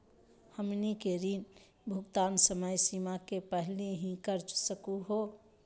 हमनी के ऋण भुगतान समय सीमा के पहलही कर सकू हो?